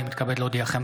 אני מתכבד להודיעכם,